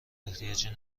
احتیاجی